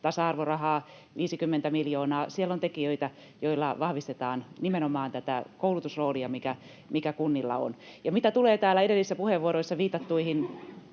tasa-arvorahaa 50 miljoonaa. Siellä on tekijöitä, joilla vahvistetaan nimenomaan tätä koulutusroolia, mikä kunnilla on. Ja mitä tulee täällä edellisissä puheenvuoroissa viitattuihin